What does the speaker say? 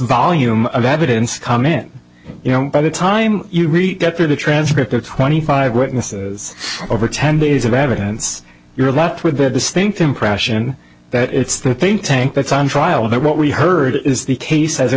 volume of evidence comment you know by the time you really get to the transcript of twenty five witnesses over ten days of evidence you're left with the distinct impression that it's the think tank that's on trial that what we heard is the case as it